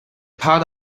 part